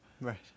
Right